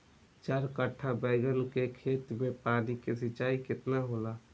चार कट्ठा बैंगन के खेत में पानी के सिंचाई केतना होला?